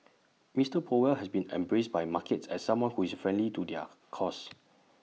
Mister powell has been embraced by markets as someone who is friendly to their cause